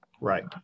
Right